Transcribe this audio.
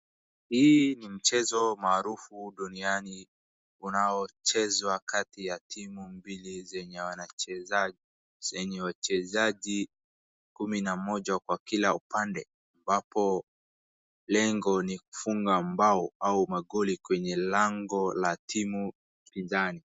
Hii ni mchezo maarufu duniani unaochezwa kati ya timu mbili zenye wachezaji kumi na moja kwa kila upande, ambapo lengo ni kufunga bao au magoli kwenye lango la timu pinzani.